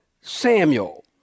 Samuel